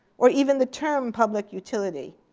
or even the term public utility.